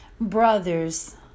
Brothers